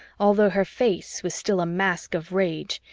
although her face was still a mask of rage,